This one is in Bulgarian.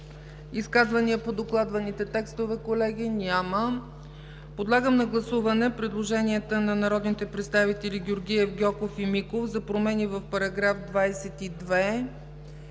Изказвания по докладваните текстове, колеги? Няма. Подлагам на гласуване предложенията на народните представители Георгиев, Гьоков и Михов за промени в § 22